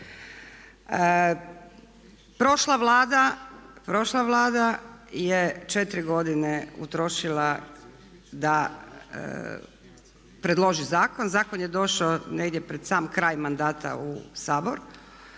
Prošla Vlada je 4 godine utrošila da predloži zakon. Zakon je došao negdje pred sam kraj mandata u Sabor,